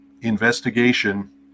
investigation